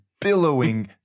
billowing